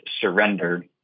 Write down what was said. surrender